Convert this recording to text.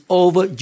over